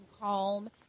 calm